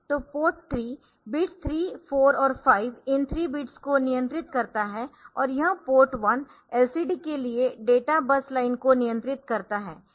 तो port 3 bits 3 4 और 5 इन 3 बिट्स को नियंत्रित करता है और यह पोर्ट 1 LCD के लिए डेटा बस लाइन को नियंत्रित करता है